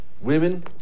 Women